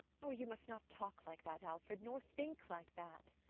oh, you must not talk like that, alfred! nor think like that!